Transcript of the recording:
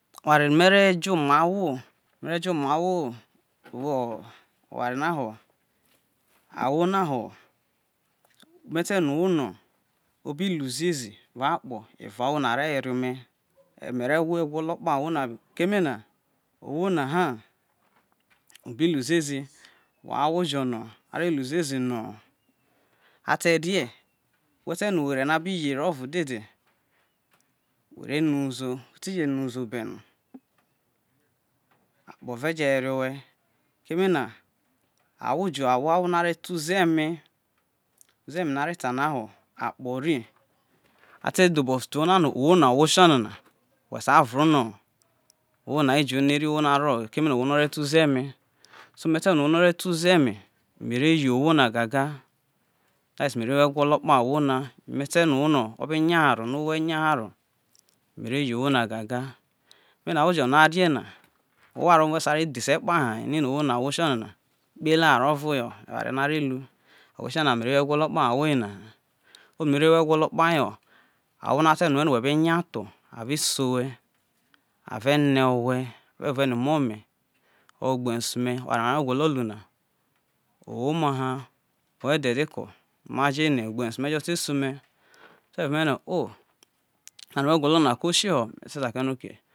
Oware no mere jo ome owho wo oware na ho ahwo na ho me te rue owho no obi lu zie zi ebo akpo, evao owho na re were ome me re wo egwo lo kpaho owho na keme na ohwo na ha obi lu ziezi woho ahwo jo no abi lu ziezi no ate rie wo te rue oghare no a bi yeri ovo dede were nu hu uzo we ti je nu hu zo bi akpo ve je were owe keme na ahwo jo awo ahwo no are ta na ho akpo ri a + dhobo te owho na no ohwo na owho tio nana we sa vro no jo ene owho, na ro kene na ohwo no ore ta uzoeme so me te rue owo no ore ta uzeme, me re yo owo ne gega that is me re wo egwolo kpa he owo na gaga. Owo na, me te rue owo ne no abe nya haro mere yo owo na gaga ke me ro ahwo jo no arie ne owo oware ovo no wo ea e ro dhese kpahe keme na ikpehe eware ovo eware no are hi owo tio na me re wo egho olo kpo he ahwo ye na ha owho no mere wo egwolo na yo owo no te rue owe no we b nya tho ave se owe ave me owhe ave vo we no mo me or igben su me oware no wo gwolo lu na owo ma ha woho ede dek ma jene ugbe nesu me jo te se ome ote ruo me no ko oware nu we gwolo na ko okieho me te te kie no oke.